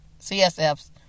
CSFs